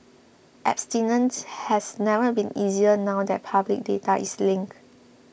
abstinence has never been easier now that public data is linked